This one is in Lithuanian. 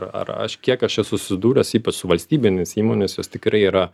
ar ar aš kiek aš esu susidūręs ypač su valstybinėmis įmonėmis jos tikrai yra